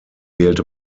wählte